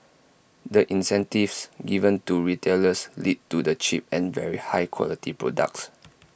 the incentives given to retailers lead to the cheap and very high quality products